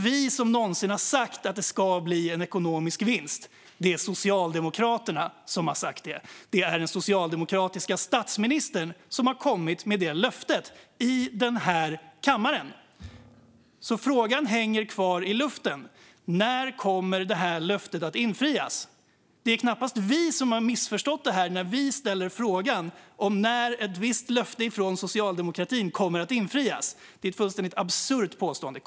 Vi har aldrig sagt att det ska bli en ekonomisk vinst, utan det är Socialdemokraterna. Det var den socialdemokratiska statsministern som kom med detta löfte här i kammaren. Frågan hänger alltså kvar i luften: När kommer detta löfte att infrias? Det är knappast vi som har missförstått detta när vi ställer frågan om när ett visst löfte från socialdemokratin kommer att infrias. Det är ett fullständigt absurt påstående.